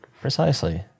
precisely